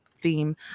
theme